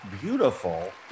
beautiful